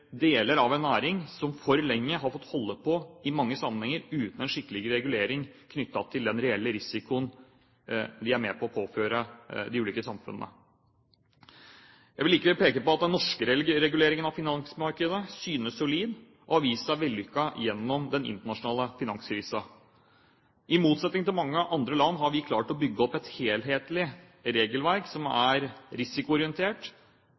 deler av en næring som for lenge har fått holde på, i mange sammenhenger, uten en skikkelig regulering knyttet til den reelle risikoen de er med på å påføre de ulike samfunnene. Jeg vil likevel peke på at den norske reguleringen av finansmarkedene synes solid og har vist seg vellykket gjennom den internasjonale finanskrisen. I motsetning til mange andre land har vi klart å bygge opp et helhetlig regelverk som